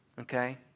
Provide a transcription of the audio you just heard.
okay